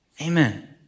Amen